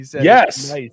Yes